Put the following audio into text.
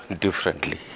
differently